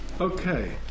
Okay